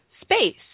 space